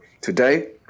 today